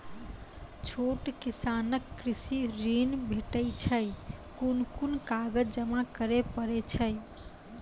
छोट किसानक कृषि ॠण भेटै छै? कून कून कागज जमा करे पड़े छै?